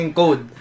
code